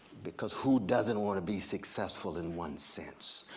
because who doesn't want to be successful in one sense?